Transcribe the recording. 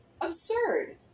Absurd